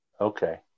Okay